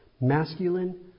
Masculine